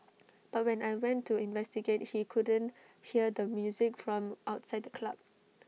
but when I went to investigate he couldn't hear the music from outside the club